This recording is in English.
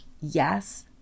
yes